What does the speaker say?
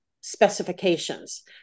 specifications